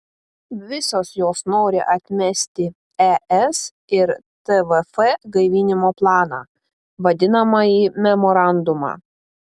visos jos nori atmesti es ir tvf gaivinimo planą vadinamąjį memorandumą